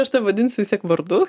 aš tave vadinsiu vis tiek vardu